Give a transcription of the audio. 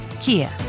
Kia